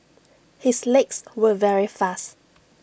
his legs were very fast